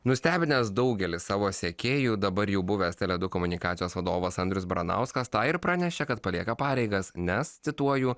nustebinęs daugelį savo sekėjų dabar jau buvęs tele komunikacijos vadovas andrius baranauskas tą ir pranešė kad palieka pareigas nes cituoju